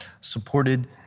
supported